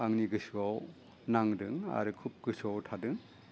आंनि गोसोआव नांदों आरो खुब गोसोआव थादों